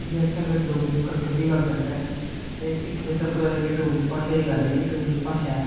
जे अस अगर डोगरी कल्चर दी गल्ल करचै ते इक ते सब तू पहले जेहड़ी डोगरी भाषा दी गल्ल ऐ जेहडी डोगरी भाषा ऐ